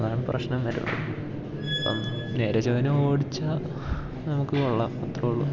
അതാണ് പ്രശ്നം വരുന്നത് അപ്പം നേരെ ചൊവ്വേനെ ഓടിച്ചാൽ നമുക്ക് കൊള്ളാം അത്രയുളളൂ